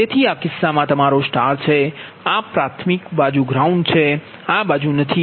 તેથી તે કિસ્સામાં આ તમારો સ્ટાર છે આ પ્રાથમિક બાજુ ગ્રાઉન્ડ છે આ બાજુ નથી